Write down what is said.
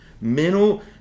mental